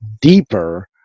deeper